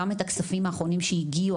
גם את הכספים האחרונים שהגיעו,